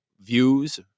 views